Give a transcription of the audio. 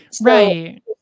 Right